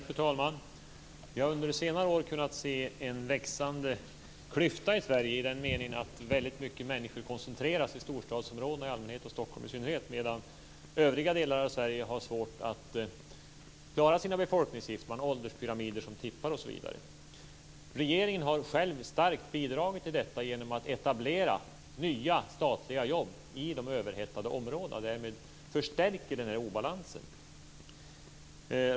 Fru talman! Vi har under senare år kunnat se en växande klyfta i Sverige i den meningen att väldigt många människor koncentreras i storstadsområdena i allmänhet och Stockholm i synnerhet, medan övriga delar av Sverige har svårt att klara sina befolkningssiffror. Man har ålderspyramider som tippar osv. Regeringen har själv starkt bidragit till detta genom att etablera nya statliga jobb i de överhettade områdena och därmed förstärkt obalansen.